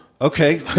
Okay